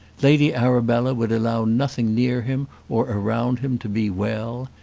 lady arabella would allow nothing near him or around him to be well.